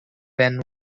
ben